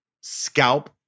scalp